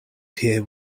here